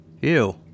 Ew